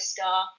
Star